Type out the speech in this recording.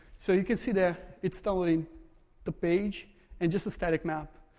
so you can see there, it's downloading the page and just a static map,